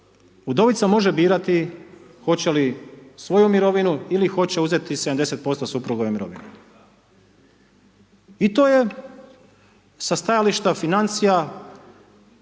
udovica može birati hoće li svoju mirovinu, ili hoće uzeti 70% suprugove mirovine. I to je sa stajališta financija,